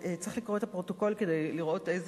צריך לקרוא את הפרוטוקול כדי לראות אילו